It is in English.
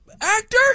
actor